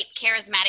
charismatic